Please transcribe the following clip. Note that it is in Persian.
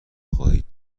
خواهید